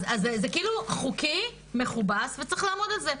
זה כאילו חוקי, מכובס, וצריך לעמוד על זה.